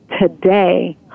today